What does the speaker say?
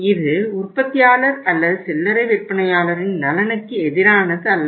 இது உற்பத்தியாளர் அல்லது சில்லறை விற்பனையாளரின் நலனுக்கு எதிரானது அல்ல